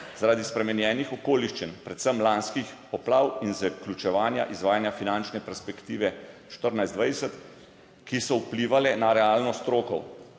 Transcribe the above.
zaradi spremenjenih okoliščin, predvsem lanskih poplav in zaključevanja izvajanja finančne perspektive 2014-2020, ki so vplivale na realnost rokov.